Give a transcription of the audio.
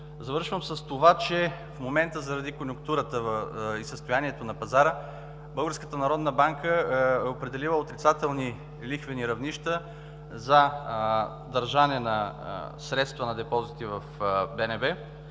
Завършвам с това, че в момента заради конюнктурата и състоянието на пазара Българската народна банка е определила отрицателни лихвени равнища за държане на средства на депозити в БНБ,